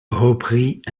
reprit